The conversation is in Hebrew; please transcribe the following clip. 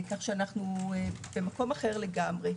אנחנו במקום אחר לגמרי.